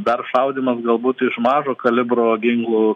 dar šaudymas galbūt iš mažo kalibro ginklų